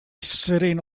sitting